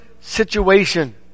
situation